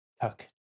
tuck